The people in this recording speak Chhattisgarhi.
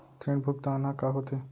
ऋण भुगतान ह का होथे?